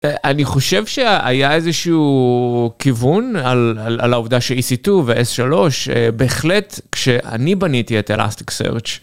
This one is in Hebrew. אני חושב שהיה איזה שהוא כיוון על העובדה שEC2 ו-S3 בהחלט כשאני בניתי את Elastic search.